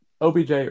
OBJ